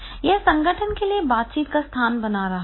यह संगठन के लिए बातचीत का स्थान बन रहा है